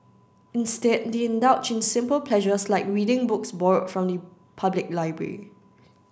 instead they indulge in simple pleasures like reading books borrowed from the public library